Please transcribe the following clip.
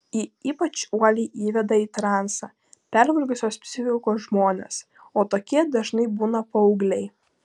ji ypač uoliai įveda į transą pervargusios psichikos žmones o tokie dažnai būna paaugliai